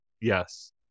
Yes